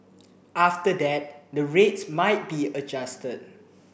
after that the rates might be adjusted